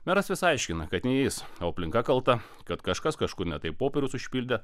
meras vis aiškina kad ne jis o aplinka kalta kad kažkas kažkur ne taip popierius užpildė